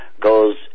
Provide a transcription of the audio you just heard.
goes